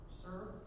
Sir